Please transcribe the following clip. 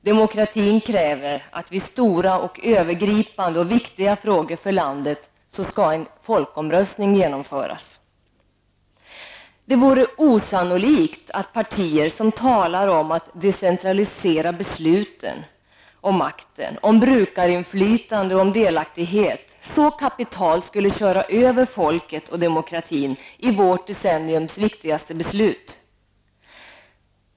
Demokratin kräver att man vid stora, övergripande och viktiga frågor för landet anordnar en folkomröstning. Det är osannolikt att partier som talar om att decentralisera besluten och makten, om brukarinflytande och delaktighet så kapitalt kör över folket och demokratin beträffande vårt decenniums viktigaste beslut.